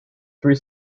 three